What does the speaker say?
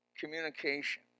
communication